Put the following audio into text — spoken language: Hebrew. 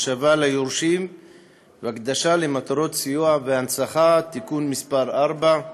(השבה ליורשים והקדשה למטרות סיוע והנצחה) (תיקון מס' 4)